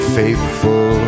faithful